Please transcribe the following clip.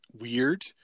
weird